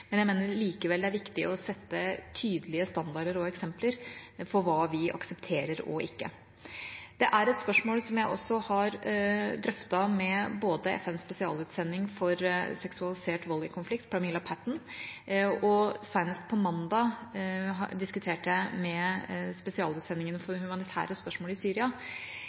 men jeg mener likevel det er viktig å sette tydelige standarder og eksempler for hva vi aksepterer og ikke. Det er et spørsmål som jeg også har drøftet med FNs spesialutsending for seksualisert vold i konflikt, Pramila Patten, og senest på mandag diskuterte jeg det med spesialutsendingen for humanitære spørsmål i Syria.